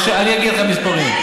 אני אראה לכם מספרים.